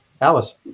Alice